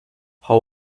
how